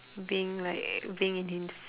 being like being in his